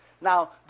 Now